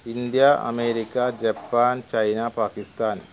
India America Japan China Pakistan